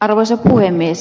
arvoisa puhemies